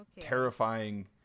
terrifying